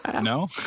No